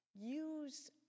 Use